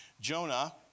Jonah